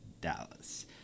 dallas